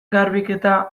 garbiketa